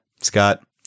Scott